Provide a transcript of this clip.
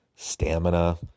Stamina